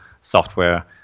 software